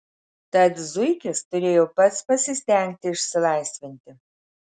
tad zuikis turėjo pats pasistengti išsilaisvinti